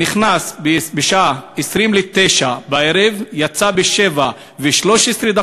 הוא נכנס בשעה 20:40, יצא ב-07:13,